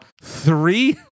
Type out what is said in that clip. three